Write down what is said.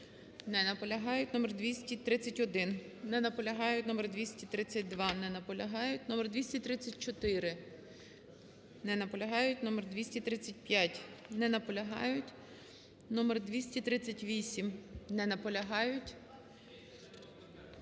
Не наполягають. Номер 217. Не наполягають. Номер 223. Не наполягають. Номер 230. Не наполягають. Номер 231. Не наполягають. Номер 232. Не наполягають.